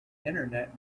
internet